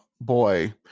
Boy